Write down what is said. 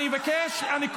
אני אבקש להפסיק.